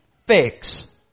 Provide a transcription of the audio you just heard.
fix